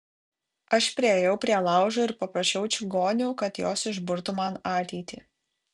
aš priėjau prie laužo ir paprašiau čigonių kad jos išburtų man ateitį